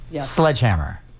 Sledgehammer